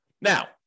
Now